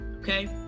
okay